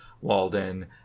Walden